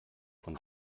von